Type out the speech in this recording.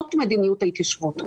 זאת מדיניות ההתיישבות.